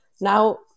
now